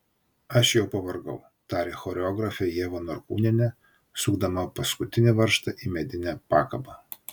aš jau pavargau tarė choreografė ieva norkūnienė sukdama paskutinį varžtą į medinę pakabą